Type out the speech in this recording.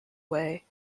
way